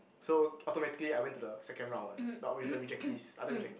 so automatically I went to the second round one but with the rejectees other reject